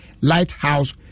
Lighthouse